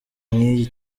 nk’iyi